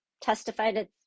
testified